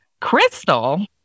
Crystal